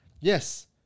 yes